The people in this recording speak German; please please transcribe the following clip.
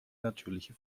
natürliche